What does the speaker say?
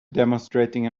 demonstrating